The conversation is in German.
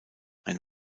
ein